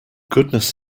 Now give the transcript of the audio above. goodness